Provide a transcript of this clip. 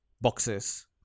boxes